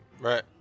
Right